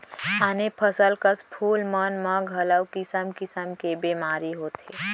आने फसल कस फूल मन म घलौ किसम किसम के बेमारी होथे